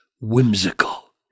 whimsical